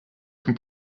from